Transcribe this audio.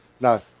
no